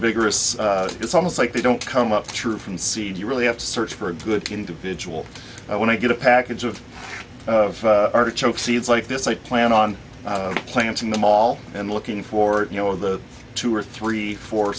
vigorous it's almost like they don't come up through from seed you really have to search for a good individual i want to get a package of artichoke seeds like this i plan on planting them all and looking for you know the two or three or four